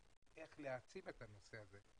איך להעצים את הנושא הזה.